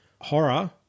horror